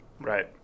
Right